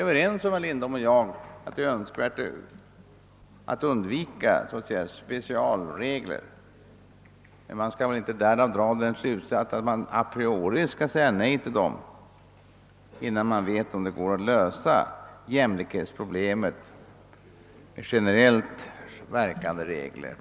Herr Lindholm och jag är överens om det önskvärda i att undvika specialregler, men man kan inte därav dra slutsatsen att man a priori skall säga nej till sådana innan man vet om det är möjligt att på ett tillfredsställande sätt lösa jämlikhetsproblemet med generellt verkande regler.